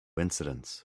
incidents